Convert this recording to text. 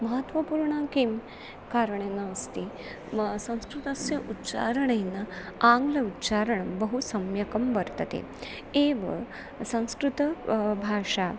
महत्वपूर्णं किं कारणेन अस्ति संस्कृतस्य उच्चारणेन आङ्ग्ल उच्चारणं बहु सम्यक वर्तते एव संस्कृत भाषा